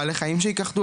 בעלי חיים שייכחדו,